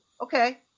Okay